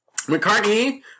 McCartney